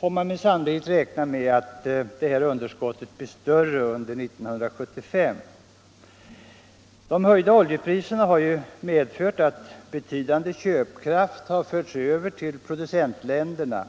får vi sannolikt vara beredda på att underskottet blir större under 1975. De höjda oljepriserna har medfört att betydande köpkraft har förts över till producentländerna.